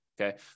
Okay